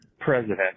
president